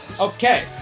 Okay